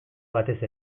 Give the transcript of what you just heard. batez